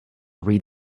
read